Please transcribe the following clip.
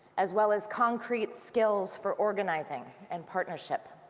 as well as concrete skills for organizing. and partnership.